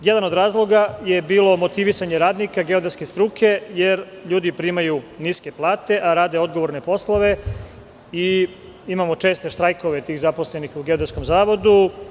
Kao jedan od razloga je bilo motivisanje radnika geodetske struke, jer ljudi primaju niske plate, a rade odgovorne poslove i imamo česte štrajkove tih zaposlenih u Geodetskom zavodu.